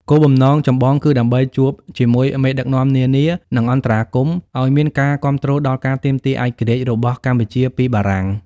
គោលបំណងចម្បងគឺដើម្បីជួបជាមួយមេដឹកនាំនានា និងអន្តរាគមន៍ឱ្យមានការគាំទ្រដល់ការទាមទារឯករាជ្យរបស់កម្ពុជាពីបារាំង។